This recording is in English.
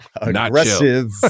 Aggressive